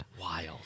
wild